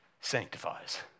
sanctifies